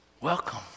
Welcome